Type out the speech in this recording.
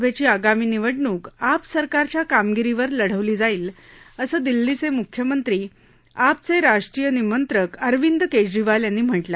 दिल्ली विधानभेची आगामी निवडणूक आप सरकारच्या कामगिरीवर लढवली जाईल असं दिल्लीचे मुख्यमंत्री आप चे राष्ट्रीय निमंत्रक अरविंद्र केजरीवाल यांनी म्हटलं आहे